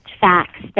facts